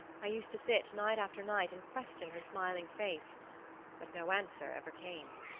i used to sit night after night and question her smiling face but no answer ever came.